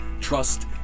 trust